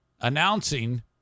announcing